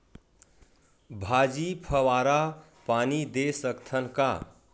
भाजी फवारा पानी दे सकथन का?